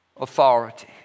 authority